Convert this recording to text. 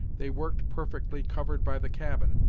they worked perfectly covered by the cabin,